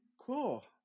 Cool